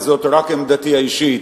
וזאת רק עמדתי האישית,